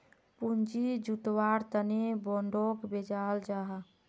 पूँजी जुत्वार तने बोंडोक बेचाल जाहा